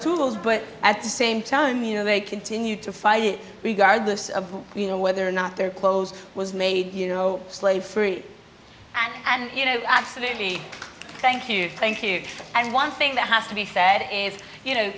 tools but at the same time you know they continued to fight it regardless of you know whether or not their clothes was made you know slave free and you know absolutely thank you thank you and one thing that has to be sad and you know